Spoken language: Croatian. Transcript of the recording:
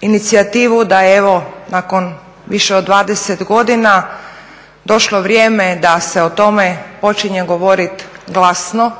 inicijativu da je evo nakon više od 20 godina došlo vrijeme da se o tome počinje govoriti glasno